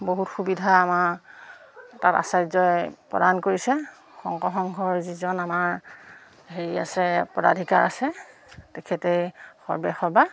বহুত সুবিধা আমাৰ তাত আচাৰ্যই প্ৰদান কৰিছে শংকৰ সংঘৰ যিজন আমাৰ হেৰি আছে পদাধিকাৰ আছে তেখেতেই সৰ্বেসৰ্বা